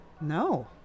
No